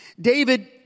David